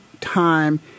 time